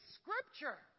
scripture